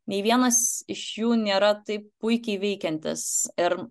nei vienas iš jų nėra taip puikiai veikiantys ir